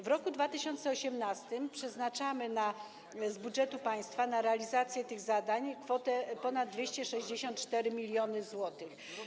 W roku 2018 przeznaczymy z budżetu państwa na realizację tych zadań kwotę ponad 264 mln zł.